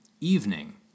evening